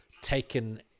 taken